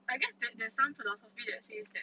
I guess that there's some philosophy that says that